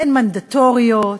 הן מנדטוריות,